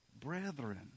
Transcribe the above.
Brethren